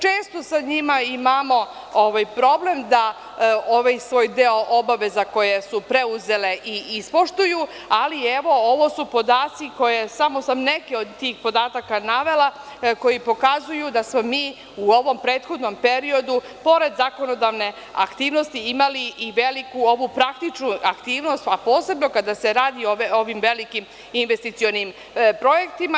Često sa njima imamo problem da ovaj svoj deo obaveza koje su preuzele ispoštuju, ali, evo ovo su podaci, samo sam neke od tih podataka navela, koji pokazuju da smo mi u ovom prethodnom periodu pored zakonodavne aktivnosti imali i veliku ovu praktičnu aktivnost, a posebno kada se radi o ovim velikim investicionom projektima.